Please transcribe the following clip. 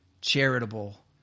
charitable